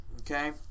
Okay